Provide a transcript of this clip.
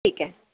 ठीक आहे